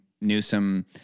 Newsom